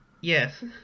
yes